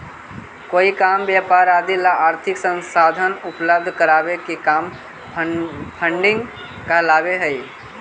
कोई काम व्यापार आदि ला आर्थिक संसाधन उपलब्ध करावे के काम फंडिंग कहलावऽ हई